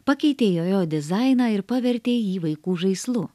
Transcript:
pakeitė jojo dizainą ir pavertė jį vaikų žaislu